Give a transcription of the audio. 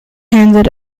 handed